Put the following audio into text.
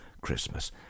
Christmas